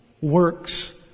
works